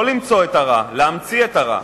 לא למצוא את הרע, להמציא את הרע.